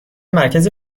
مرکز